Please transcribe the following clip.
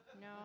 No